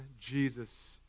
Jesus